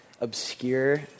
obscure